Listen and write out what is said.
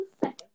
second